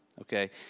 Okay